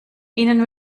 ihnen